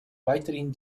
weiterhin